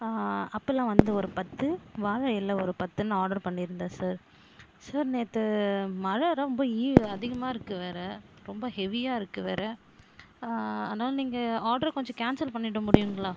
அப்பளம் வந்து ஒரு பத்து வாழை இலை ஒரு பத்துன்னு ஆர்டர் பண்ணிருந்தேன் சார் சார் நேற்று மழை ரொம்ப ஈ அதிகமாக இருக்கு வேறு ரொம்ப ஹெவியாக இருக்கு வேறு ஆனாலும் நீங்கள் ஆட்ரு கொஞ்சம் கேன்சல் பண்ணிவிட முடியுங்களா